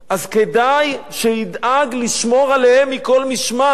אז כדאי שידאג לשמור עליהם מכל משמר.